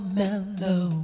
mellow